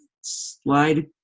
slide